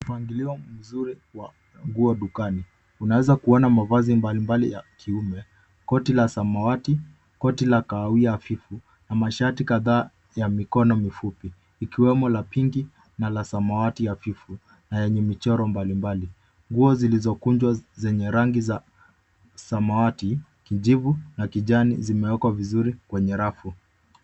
Mpangilio mzuri wa nguo dukani. Unaweza kuona mavazi mbalimbali ya kiume, koti la samawati, koti la kahawia hafifu na mashati kadhaa ya mikono mifupi ikiwemo la pinki na la samawati hafifu na yenye michoro mbalimbali. Nguo zilizokunjwa zenye rangi za samawati, kijivu na kijani zimewekwa vizuri kwenye rafu.